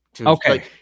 Okay